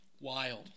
Wild